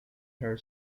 her